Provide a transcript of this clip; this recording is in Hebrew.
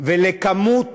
ולכמות